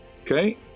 Okay